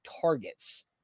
targets